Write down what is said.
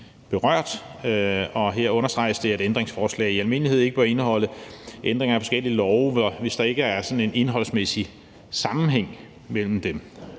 berørt, og her understreges det, at ændringsforslag i almindelighed ikke bør indeholde ændringer af forskellige love, hvis der ikke er sådan en indholdsmæssig sammenhæng mellem dem.